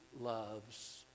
loves